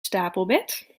stapelbed